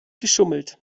geschummelt